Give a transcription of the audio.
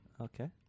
Okay